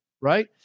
right